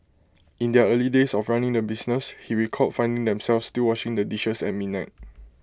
in their early days of running the business he recalled finding themselves still washing the dishes at midnight